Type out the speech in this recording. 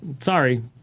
Sorry